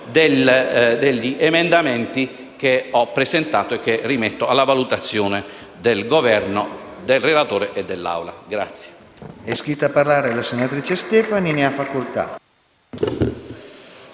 degli emendamenti che ho presentato e che rimetto alla valutazione del Governo, del relatore e dell'Assemblea.